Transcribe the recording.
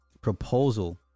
proposal